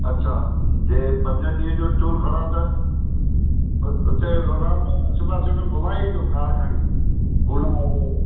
अच्छा जे पंजनि ॾींहंनि जो टूर खणा त उ उते लोनावाला सुबुह सुबुह घुमाए ईंदो कार खणी पूना हेॾे होॾे